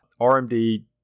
rmd